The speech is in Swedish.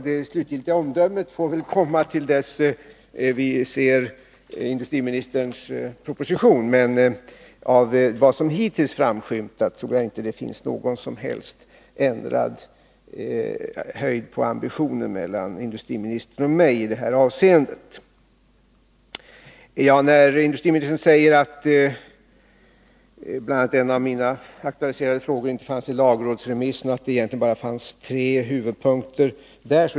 Det slutgiltiga omdömet får väl sparas tills vi ser industriministerns proposition, men av vad som hittills framkommit kan jag inte dra slutsatsen att industriministerns ambitionsnivå i det här avseendet skulle vara högre än min. Industriministern sade att en av de av mig aktualiserade frågorna inte fanns med i lagrådsremissen och att det egentligen bara fanns tre huvudpunkter där.